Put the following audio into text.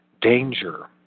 danger